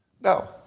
No